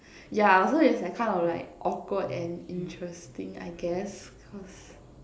yeah so it's like kind of like awkward and interesting I guess cause